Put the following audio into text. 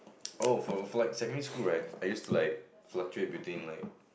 oh for for like secondary school right I used to like fluctuate between like